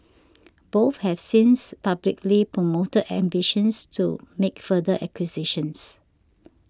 both have since publicly promoted ambitions to make further acquisitions